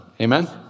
Amen